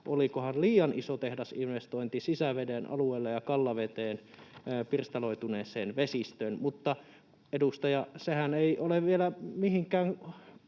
olikohan liian iso tehdasinvestointi sisäveden alueella ja Kallaveteen pirstaloituneeseen vesistöön. Mutta edustaja, sehän ei ole vielä mihinkään